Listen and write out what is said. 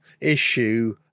issue